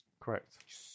Correct